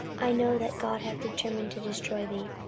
i know that god hath determined to destroy thee,